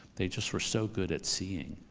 they just were so good at seeing.